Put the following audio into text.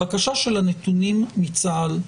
הבקשה של הנתונים מצה"ל,